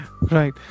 Right